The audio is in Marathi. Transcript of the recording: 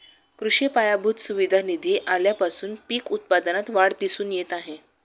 कृषी पायाभूत सुविधा निधी आल्यापासून पीक उत्पादनात वाढ दिसून येत आहे